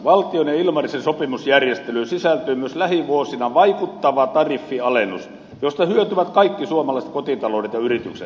valtion ja ilmarisen sopimusjärjestelyyn sisältyy myös lähivuosina vaikuttava tariffialennus josta hyötyvät kaikki suomalaiset kotitaloudet ja yritykset